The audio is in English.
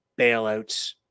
bailouts